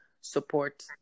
support